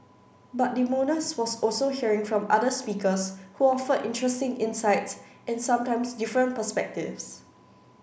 but the bonus was also hearing from other speakers who offered interesting insights and sometimes different perspectives